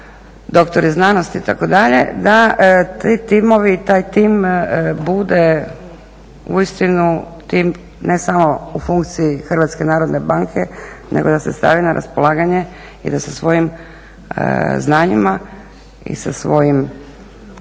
doktori znanosti itd., da ti timovi i taj tim bude uistinu tim ne samo u funkciji Hrvatske narodne banke, nego da se stavi na raspolaganje i da sa svojim znanjima i sa svojim